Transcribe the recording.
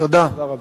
תודה רבה.